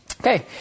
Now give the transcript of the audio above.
Okay